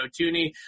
Tooney